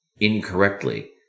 incorrectly